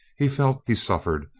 he felt. he suffered.